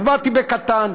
אז באתי בקטן.